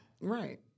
Right